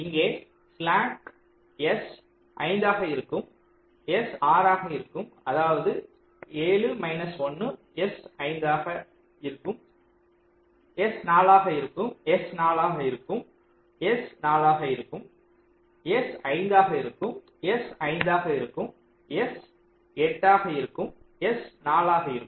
இங்கே slack S 5 ஆக இருக்கும் S 6 ஆக இருக்கும் அதாவது 7 மைனஸ் 1 S 5 ஆக இருக்கும் S 4 ஆக இருக்கும் S 4 ஆக இருக்கும் S 4 ஆக இருக்கும் S 5 ஆக இருக்கும் S 5 ஆக இருக்கும் எஸ் 8 ஆக இருக்கும் எஸ் 4 ஆக இருக்கும்